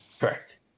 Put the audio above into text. correct